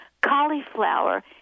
cauliflower